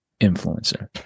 influencer